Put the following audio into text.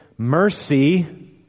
Mercy